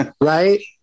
Right